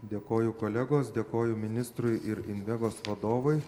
dėkoju kolegos dėkoju ministrui ir invegos vadovui